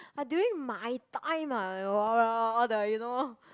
uh during my time ah you know all the you know